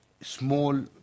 small